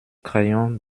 crayon